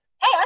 hey